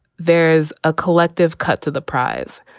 there's a collective cut to the prize.